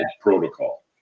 protocol